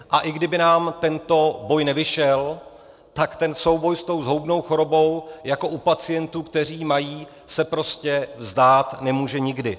A i kdyby nám tento boj nevyšel, tak ten souboj s tou zhoubnou chorobou jako u pacientů, kteří ji mají, se prostě vzdát nemůže nikdy.